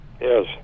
Yes